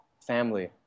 family